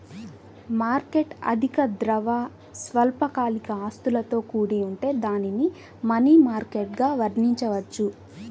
market అధిక ద్రవ, స్వల్పకాలిక ఆస్తులతో కూడి ఉంటే దానిని మనీ మార్కెట్గా వర్ణించవచ్చు